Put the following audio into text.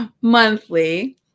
monthly